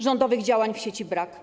Rządowych działań w sieci brak.